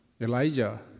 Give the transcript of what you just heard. Elijah